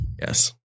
Yes